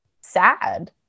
sad